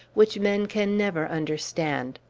which men can never understand.